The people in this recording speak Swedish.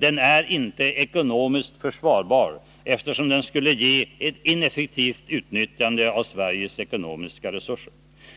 Den är inte ekonomiskt försvarbar, eftersom den skulle ge ett ineffektivt utnyttjande av Sveriges ekonomiska resurser.